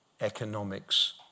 economics